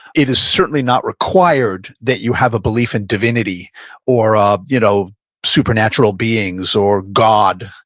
it is certainly not required that you have a belief in divinity or ah you know supernatural beings or god.